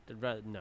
No